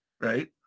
right